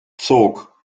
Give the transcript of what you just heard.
zog